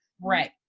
right